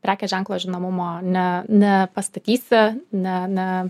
prekės ženklo žinomumo ne nepastatysi ne ne